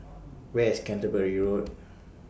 Where IS Canterbury Road